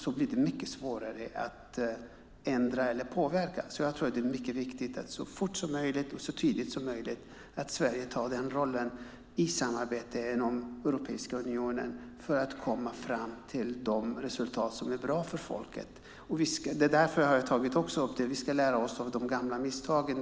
Då blir det mycket svårare att ändra eller påverka. Det är mycket viktigt att Sverige så fort som möjligt och så tydligt som möjligt tar den rollen i samarbetet inom Europeiska unionen för att komma fram till de resultat som är bra för folket. Därför har jag tagit upp att vi ska lära oss av de gamla misstagen.